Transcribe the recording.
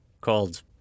called